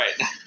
Right